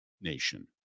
nation